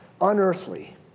unearthly